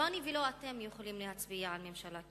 לא אני ולא אתם יכולים להצביע על ממשלה כזאת.